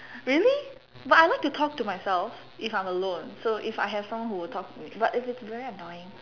really but I like to talk to myself if I'm alone so if I have someone who will talk to me but if it's very annoying